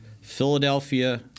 Philadelphia